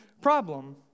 problem